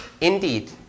Indeed